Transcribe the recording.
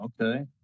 Okay